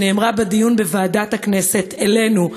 שנאמרה אלינו,